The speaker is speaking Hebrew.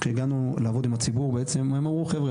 כשהגענו לעבוד עם הציבור בעצם הם אמרו חבר'ה,